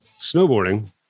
snowboarding